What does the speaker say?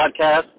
podcast